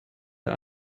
der